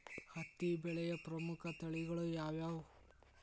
ಹತ್ತಿ ಬೆಳೆಯ ಪ್ರಮುಖ ತಳಿಗಳು ಯಾವ್ಯಾವು?